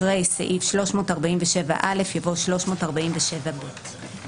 אחרי "347א" יבוא "347ב".